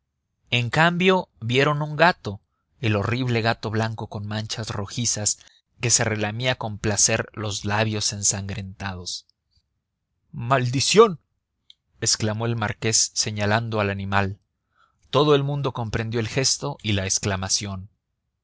en cambio vieron un gato el horrible gato blanco con manchas rojizas que se relamía con placer los labios ensangrentados maldición exclamó el marqués señalando al animal todo el mundo comprendió el gesto y la exclamación